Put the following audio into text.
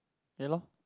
ya loh